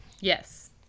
Yes